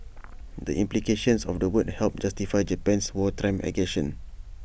the implications of the word helped justify Japan's wartime aggression